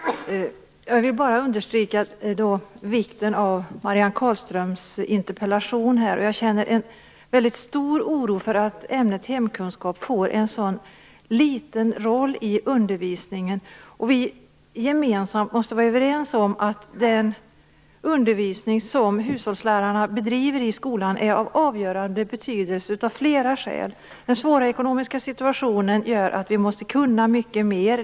Fru talman! Jag vill bara understryka vikten av Jag känner en stor oro över att ämnet hemkunskap får en sådan liten roll i undervisningen. Vi måste vara överens om att den undervisning som hushållslärarna bedriver i skolan är av avgörande betydelse av flera skäl. Den svåra ekonomiska situationen gör att vi måste kunna mycket mer.